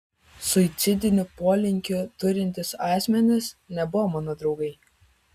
suicidinių polinkių turintys asmenys nebuvo mano draugai